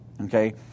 Okay